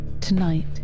Tonight